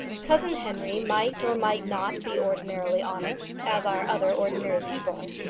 cousin henry might or might not be ordinarily honest, as are other ordinary people.